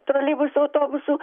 troleibusų autobusų